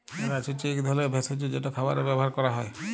এল্যাচ হছে ইক ধরলের ভেসজ যেট খাবারে ব্যাভার ক্যরা হ্যয়